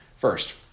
first